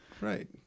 Right